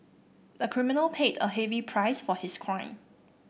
the criminal paid a heavy price for his crime